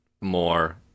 more